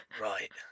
Right